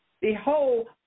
Behold